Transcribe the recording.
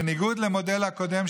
בניגוד למודל הקודם,